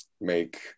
make